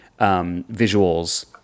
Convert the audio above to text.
visuals